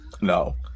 No